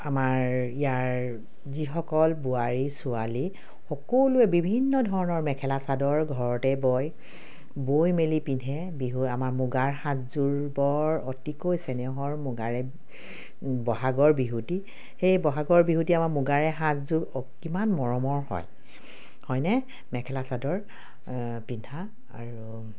আমাৰ ইয়াৰ যিসকল বোৱাৰী ছোৱালী সকলোৱে বিভিন্ন ধৰণৰ মেখেলা চাদৰ ঘৰতে বয় বৈ মেলি পিন্ধে বিহুত আমাৰ মুগাৰ সাজযোৰ বৰ অতিকৈ চেনেহৰ মুগাৰে বহাগৰ বিহুটি সেই বহাগৰ বিহুটি আমাৰ মুগাৰে সাজযোৰ অকণমান মৰমৰ হয় হয়নে মেখেলা চাদৰ পিন্ধা আৰু